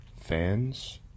Fans